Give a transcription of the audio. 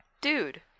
Dude